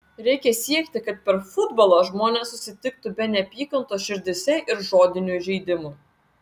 reikia siekti kad per futbolą žmonės susitiktų be neapykantos širdyse ir žodinių žeidimų